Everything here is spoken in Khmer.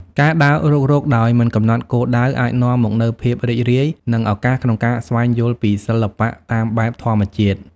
ការដើររុករកដោយមិនកំណត់គោលដៅ អាចនាំមកនូវភាពរីករាយ និងឱកាសក្នុងការស្វែងយល់ពីសិល្បៈតាមបែបធម្មជាតិ។